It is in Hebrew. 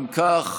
אם כך,